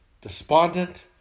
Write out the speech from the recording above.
despondent